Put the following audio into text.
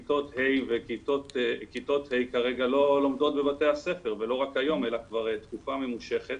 כיתות ה' כרגע לא לומדות בבתי הספר ולא רק היום אלא כבר תקופה ממושכת,